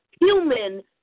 human